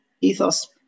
Ethos